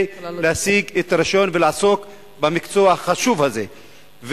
להשיג את הרשיון ולעסוק במקצוע החשוב הזה,